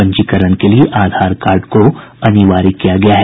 पंजीकरण के लिए आधार कार्ड को अनिवार्य किया गया है